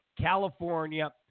California